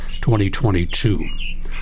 2022